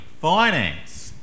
finance